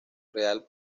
real